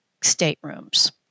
staterooms